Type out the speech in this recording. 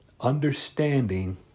understanding